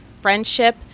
friendship